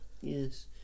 Yes